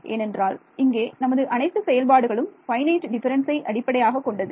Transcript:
ஏனென்றால் இங்கே நமது அனைத்து செயல்பாடுகளும் ஃபைனைட் டிஃபரன்ஸ்ஸ் ஐ அடிப்படையாக கொண்டது